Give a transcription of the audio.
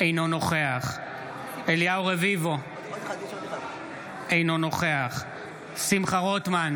אינו נוכח אליהו רביבו, אינו נוכח שמחה רוטמן,